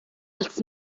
als